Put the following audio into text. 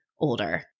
older